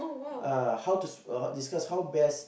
uh how to s~ uh discuss how best